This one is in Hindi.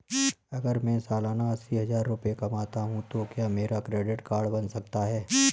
अगर मैं सालाना अस्सी हज़ार रुपये कमाता हूं तो क्या मेरा क्रेडिट कार्ड बन सकता है?